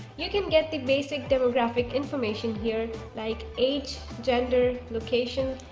you can get the basic demographic information here like age, gender, location,